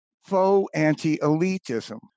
faux-anti-elitism